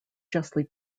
justly